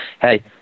hey